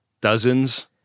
dozens